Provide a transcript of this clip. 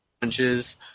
punches